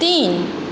तीन